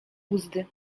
uzdy